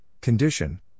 condition